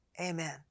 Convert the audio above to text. Amen